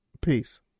Peace